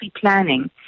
planning